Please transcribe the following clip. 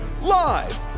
live